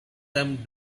them